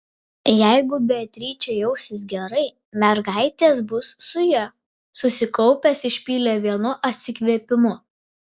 jeigu beatričė jausis gerai mergaitės bus su ja susikaupęs išpylė vienu atsikvėpimu